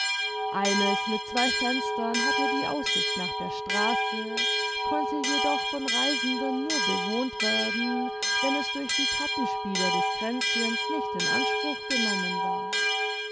eines mit zwei fenstern hatte die aussicht nach der straße konnte jedoch von reisenden nur bewohnt werden wenn es durch die kartenspieler des kränzchens nicht in anspruch genommen ward